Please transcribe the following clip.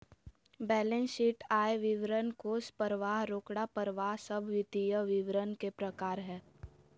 balance sheet, आय विवरण, कोष परवाह, रोकड़ परवाह सब वित्तीय विवरण के प्रकार हय